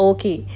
Okay